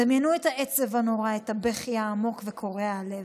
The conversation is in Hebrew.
דמיינו את העצב הנורא, את הבכי העמוק וקורע הלב,